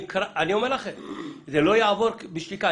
זה לא יעבור בשתיקה.